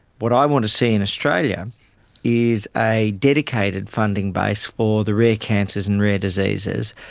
what i want to see in australia is a dedicated funding base for the rare cancers and rare diseases,